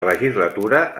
legislatura